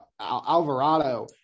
Alvarado